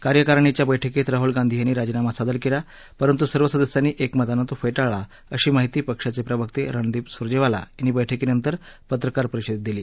कार्यकारिणीच्या बैठकीत राहूल गांधी यांनी राजीनामा सादर केला परंतु सर्व सदस्यांनी एकमतानं तो फेटाळला अशी माहिती पक्षाचे प्रवक्ते रणदीप सुर्जेवाला यांनी बैठकीनंतर पत्रकार परिषदेत दिली